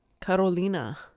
Carolina